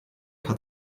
hat